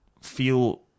feel